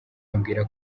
ambwira